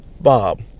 Bob